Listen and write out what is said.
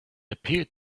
appeared